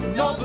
no